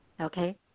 okay